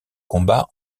combat